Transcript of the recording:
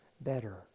better